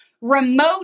Remote